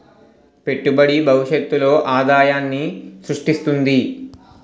పెట్టుబడి భవిష్యత్తులో ఆదాయాన్ని స్రృష్టిస్తుంది